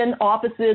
offices